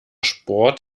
sport